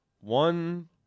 One